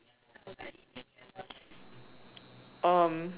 um